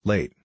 Late